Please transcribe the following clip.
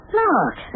look